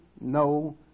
no